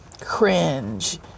cringe